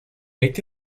été